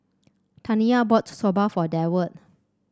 Taniya bought Soba for Deward